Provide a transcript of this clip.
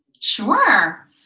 Sure